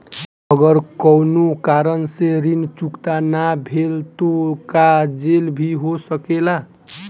अगर कौनो कारण से ऋण चुकता न भेल तो का जेल भी हो सकेला?